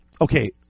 Okay